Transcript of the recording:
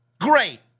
Great